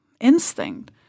instinct